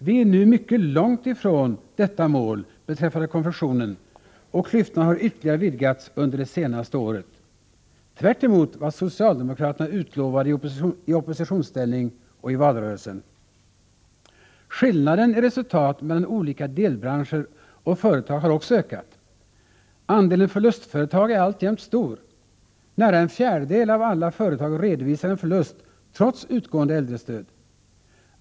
Vi är nu mycket långt ifrån detta mål beträffande konfektionen, och klyftan har ytterligare vidgats under de senaste åren, tvärtemot vad socialdemokraterna utlovade i oppositionsställning och i valrörelsen. Skillnaden i resultat mellan olika delbranscher och företag har också ökat. Andelen förlustföretag är alltjämt stor. Nära en fjärdedel av alla företag redovisar en förlust trots utgående äldrestöd.